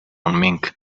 منك